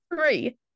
three